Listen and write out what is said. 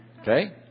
Okay